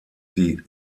die